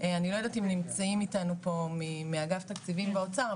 אני לא יודעת אם נמצאים איתנו פה מאגף תקציבים באוצר,